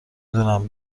دونم